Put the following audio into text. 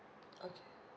okay